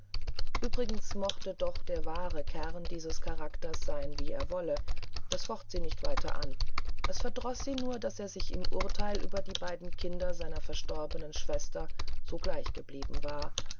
uebrigens mochte doch der wahre kern dieses charakters sein wie er wollte das focht sie nicht weiter an es verdroß sie nur daß er sich im urteil über die beiden kinder seiner verstorbenen schwester so gleich geblieben war